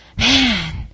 man